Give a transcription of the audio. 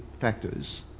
factors